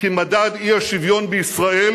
כי מדד האי-שוויון בישראל,